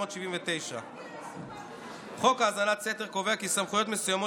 התשל"ט 1979. חוק האזנת סתר קובע כי סמכויות מסוימות